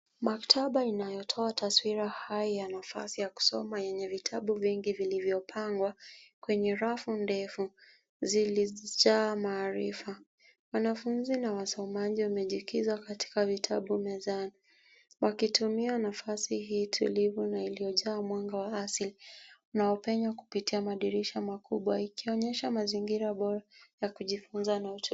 Maktaba inayotoa taswira hai ya nafasi ya kusoma yenye vitabu vingi vilivyopangwa, kwenye rafu ndefu, zilijaa maarifa. Wanafunzi na wasomaji wamejikiza katika vitabu mezani ,wakitumiwa nafasi hii tulivyo na iliyojaa mwanga wa asili unaopenya kupitia madirisha makubwa ikionyesha mazingira bora ya kujifunza na .